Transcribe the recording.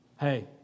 Hey